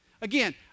Again